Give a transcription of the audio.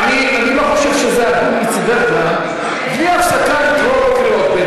למה את צריכה לחזור על זה 80 פעם?